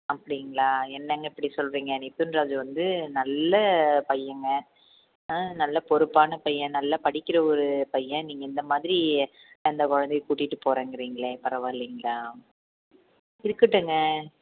அப்படீங்களா என்னங்க இப்படி சொல்லுறிங்க மிதுன் ராஜ் வந்து நல்ல பையன்ங்க ஆ நல்ல பொறுப்பான பையன் நல்ல படிக்கிற ஒரு பையன் நீங்கள் இந்த மாதிரி அந்த குழந்தையை கூட்டிகிட்டு போகறேங்குறீங்களே பரவாயில்லைங்களா இருக்கட்டுங்க